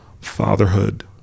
fatherhood